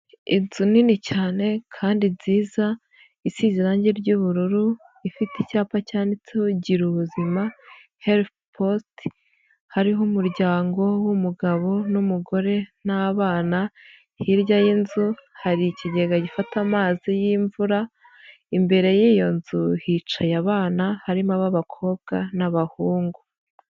Inzu nini cyane kandi nziza isi irangi ry'ubururu, ifite icyapa cyanditseho Gira ubuzima herufu posite, hariho umuryango w'umugabo n'umugore n'abana, hirya y'inzu hari ikigega gifata amazi y'imvura, imbere y'iyo nzu hicaye abana, harimo ab'abakobwa n'abahungu.